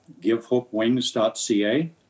givehopewings.ca